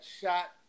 shot